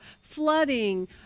flooding